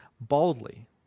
boldly